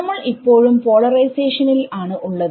നമ്മൾ ഇപ്പഴും പോളറൈസേഷനിൽ ആണ് ഉള്ളത്